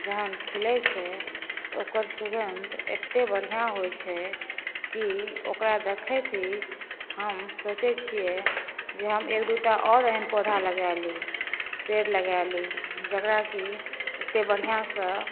जखन खिलै छै तऽ ओकर सुगन्ध एतेक बढ़िआँ होइ छै कि ओकरा देखैत ही हम सोचै छिए जे हम एक दू टा आओर एहन पौधा लगा ली पेड़ लगा ली जकरा कि एतेक बढ़िआँसँ